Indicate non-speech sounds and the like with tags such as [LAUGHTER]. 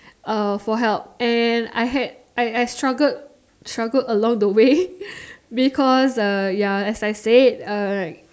uh for help and I had I I struggled struggled along the way [BREATH] because uh ya as I said uh like